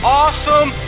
awesome